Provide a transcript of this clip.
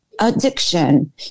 addiction